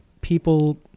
people